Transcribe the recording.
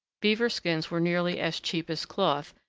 beaver skins were nearly as cheap as cloth,